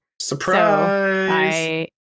Surprise